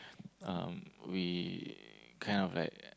um we kind of like